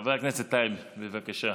חבר הכנסת טייב, בבקשה.